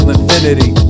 infinity